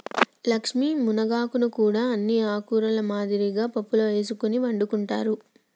లక్ష్మీ మునగాకులను కూడా అన్ని ఆకుకూరల మాదిరిగానే పప్పులో ఎసుకొని వండుకుంటారు